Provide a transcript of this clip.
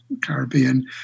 Caribbean